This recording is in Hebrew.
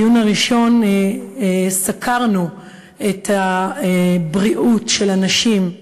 בדיון הראשון סקרנו את הבריאות של הנשים,